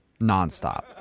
nonstop